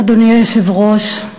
אדוני היושב-ראש,